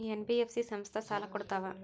NBF ಸಂಸ್ಥಾ ಸಾಲಾ ಕೊಡ್ತಾವಾ?